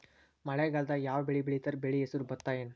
ಮಳೆಗಾಲದಾಗ್ ಯಾವ್ ಬೆಳಿ ಬೆಳಿತಾರ, ಬೆಳಿ ಹೆಸರು ಭತ್ತ ಏನ್?